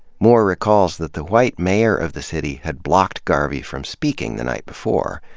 moore recalls that the white mayor of the city had blocked garvey from speaking the night before,